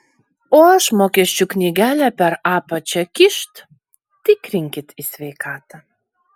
o aš mokesčių knygelę per apačią kyšt tikrinkit į sveikatą